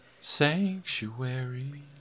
sanctuary